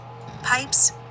pipes